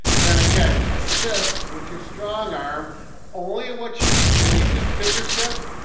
then again, assist with your strong arm only what you need maybe just fingertip,